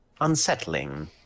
Unsettling